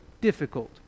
difficult